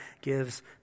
gives